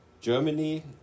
Germany